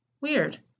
Weird